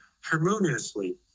harmoniously